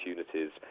opportunities